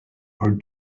her